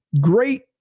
Great